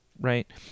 right